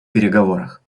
переговорах